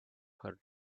her